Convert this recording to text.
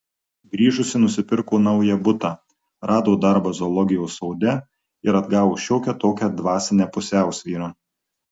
grįžusi nusipirko naują butą rado darbą zoologijos sode ir atgavo šiokią tokią dvasinę pusiausvyrą